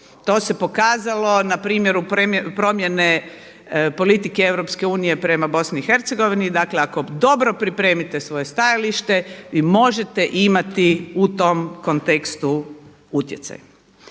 To se pokazalo na primjeru promjene politike EU prema Bosni i Hercegovini. Dakle, ako dobro pripremite svoje stajalište vi možete imati u tom kontekstu utjecaj.